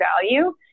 value